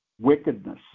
wickedness